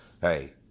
hey